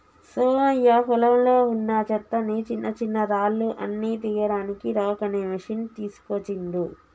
సోమయ్య పొలంలో వున్నా చెత్తని చిన్నచిన్నరాళ్లు అన్ని తీయడానికి రాక్ అనే మెషిన్ తీస్కోచిండు